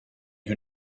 who